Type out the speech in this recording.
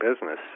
business